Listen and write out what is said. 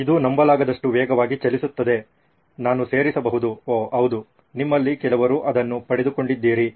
ಇದು ನಂಬಲಾಗದಷ್ಟು ವೇಗವಾಗಿ ಚಲಿಸುತ್ತದೆ ನಾನು ಸೇರಿಸಬಹುದು ಓಹ್ ಹೌದು ನಿಮ್ಮಲ್ಲಿ ಕೆಲವರು ಅದನ್ನು ಪಡೆದುಕೊಂಡಿದ್ದೀರಿ